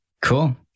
Cool